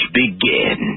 begin